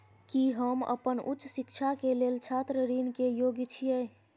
की हम अपन उच्च शिक्षा के लेल छात्र ऋण के योग्य छियै?